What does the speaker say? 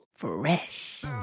Fresh